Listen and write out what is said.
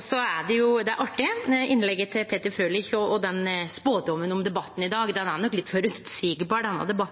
Så var det artig, innlegget til Peter Frølich og spådomen om debatten i dag. Denne debatten er nok litt føreseieleg, me